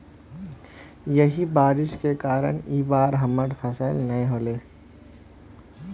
यही बारिश के कारण इ बार हमर फसल नय होले?